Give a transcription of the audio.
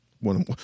One